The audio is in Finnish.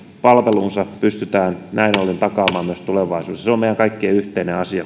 palvelunsa pystytään näin ollen takaamaan myös tulevaisuudessa se on meidän kaikkien yhteinen asia